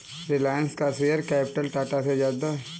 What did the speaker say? रिलायंस का share capital Tata से ज्यादा है